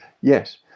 Yes